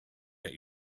that